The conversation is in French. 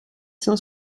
cent